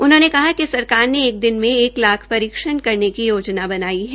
उन्होंने कहा कि सरकार ने एक दिन में एक लाख परीक्षण करने की योजना बनाई है